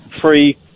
free